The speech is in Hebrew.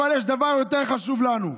יש דבר יותר חשוב לנו,